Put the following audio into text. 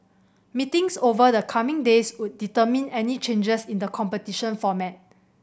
meetings over the coming days would determine any changes in the competition format